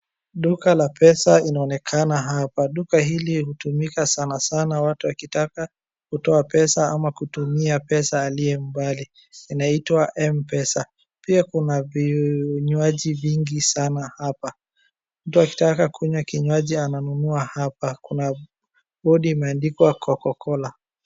Duka la pesa inaonekana hapa duka hili hutumika sanasana watu wakitaka kutoa pesa ama kutumia pesa aliye mbali, inaitwa Mpesa. Pia kuna vinywaji vingi sana hapa, mtu akitaka kinywaji ananunua hapa bodi imeandikwa Cocacola.